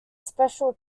special